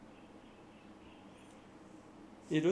!hey! don't say that I think can eh